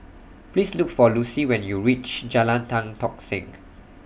Please Look For Lucy when YOU REACH Jalan Tan Tock Seng